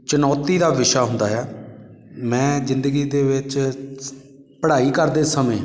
ਚੁਣੌਤੀ ਦਾ ਵਿਸ਼ਾ ਹੁੰਦਾ ਏ ਆ ਮੈਂ ਜ਼ਿੰਦਗੀ ਦੇ ਵਿੱਚ ਪੜ੍ਹਾਈ ਕਰਦੇ ਸਮੇਂ